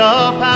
up